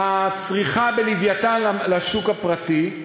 מהצריכה ב"לווייתן" לשוק הפרטי,